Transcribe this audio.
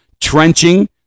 trenching